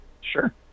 Sure